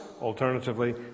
alternatively